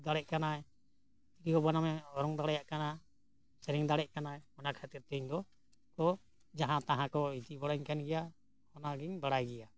ᱨᱩ ᱫᱟᱲᱮᱭᱟᱜ ᱠᱟᱱᱟᱭ ᱛᱤᱨᱭᱳ ᱵᱟᱱᱟᱢᱮ ᱚᱨᱚᱝ ᱫᱟᱲᱮᱭᱟᱜ ᱠᱟᱱᱟ ᱥᱮᱨᱮᱧ ᱫᱟᱲᱮᱭᱟᱜ ᱠᱟᱱᱟᱭ ᱚᱱᱟ ᱠᱷᱟᱹᱛᱤᱨᱛᱮ ᱤᱧ ᱫᱚᱠᱚ ᱡᱟᱦᱟᱸ ᱛᱟᱦᱟᱸ ᱠᱚ ᱤᱫᱤ ᱵᱟᱲᱟᱧ ᱠᱟᱱᱜᱮᱭᱟ ᱚᱱᱟᱜᱤᱧ ᱵᱟᱲᱟᱭ ᱜᱮᱭᱟ